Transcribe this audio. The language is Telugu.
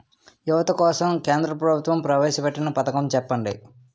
యువత కోసం కేంద్ర ప్రభుత్వం ప్రవేశ పెట్టిన పథకం చెప్పండి?